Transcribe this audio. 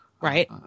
Right